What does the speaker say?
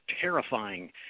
terrifying